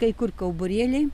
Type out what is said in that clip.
kai kur kauburėliai